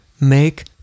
make